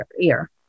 ear